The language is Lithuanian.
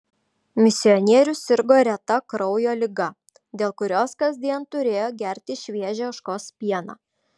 misionierius sirgo reta kraujo liga dėl kurios kasdien turėjo gerti šviežią ožkos pieną